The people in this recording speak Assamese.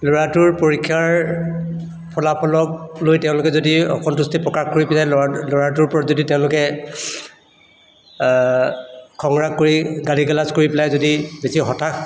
ল'ৰাটোৰ পৰীক্ষাৰ ফলাফলক লৈ তেওঁলোকে যদি অসন্তুষ্টি প্ৰকাশ কৰি পিনে ল'ৰাটো ল'ৰাটোৰ প্ৰতি যদি তেওঁলোকে খং ৰাগ কৰি গালি গালাজ কৰি পেলাই যদি বেছি হতাশ